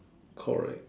correct